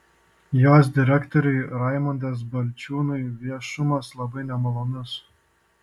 jos direktoriui raimundas balčiūnui viešumas labai nemalonus